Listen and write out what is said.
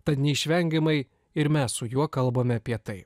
tad neišvengiamai ir mes su juo kalbame apie tai